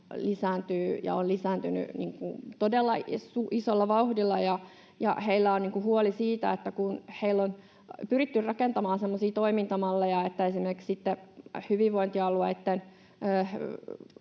lisääntynyt todella isolla vauhdilla. Heillä on huoli siitä, kun heillä on pyritty rakentamaan semmoisia toimintamalleja, että he pystyvät myöskin